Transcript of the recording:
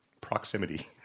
Proximity